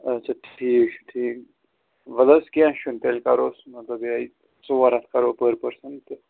اچھا ٹھیٖک چھُ ٹھیٖک ول حظ کیٚنٛہہ چھُنہٕ تیٚلہِ کَروس مطلب یِہٕے ژور ہتھ کَروس پٔر پٔرسَن تہٕ